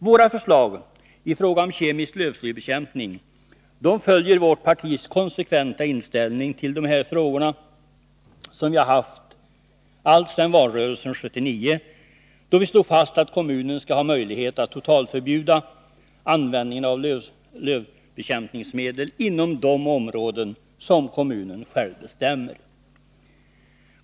Våra förslag i fråga om kemisk lövslybekämpning följer den konsekventa inställning till de här frågorna som vårt parti haft alltsedan valrörelsen 1979, då vi slog fast att kommunen skall ha möjlighet att totalförbjuda användningen av lövbekämpningsmedel inom de områden som kommunen själv bestämmer.